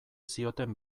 zioten